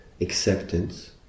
acceptance